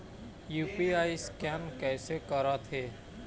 UPI scan कइसे करथे?